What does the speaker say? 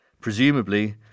Presumably